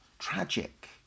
tragic